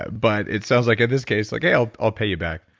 but it sounds like in this case, like, hey, i'll i'll pay you back.